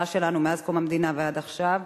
שלנו מאז קום המדינה ועד עכשיו,